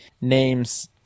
names